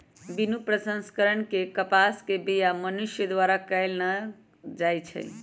बिनु प्रसंस्करण के कपास के बीया मनुष्य द्वारा प्रयोग न कएल जाइ छइ